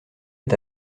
est